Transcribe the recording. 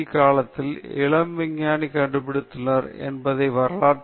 காலத்தில் இளம் விஞ்ஞானிகள் கண்டுபிடித்துள்ளனர் என்பதை வரலாறு காட்டுகிறது